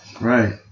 Right